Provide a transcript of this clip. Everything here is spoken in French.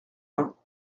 vingts